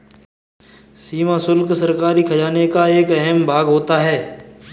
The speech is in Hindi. सीमा शुल्क सरकारी खजाने का एक अहम भाग होता है